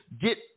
get